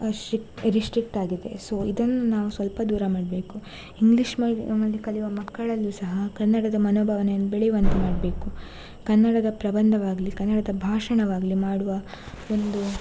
she restrict ಆಗಿದೆ so ಇದನ್ನು ನಾವು ಸ್ವಲ್ಪ ದೂರ ಮಾಡಬೇಕು ಇಂಗ್ಲೀಷ್ ಮೀಡಿಯಮ್ಮಿನಲ್ಲಿ ಕಲಿಯುವ ಮಕ್ಕಳಲ್ಲೂ ಸಹ ಕನ್ನಡದ ಮನೋಭಾವನೆಯನ್ನು ಬೆಳೆಯುವಂತೆ ಮಾಡಬೇಕು ಕನ್ನಡದ ಪ್ರಬಂಧವಾಗಲೀ ಕನ್ನಡದ ಭಾಷಣವಾಗಲೀ ಮಾಡುವ ಒಂದು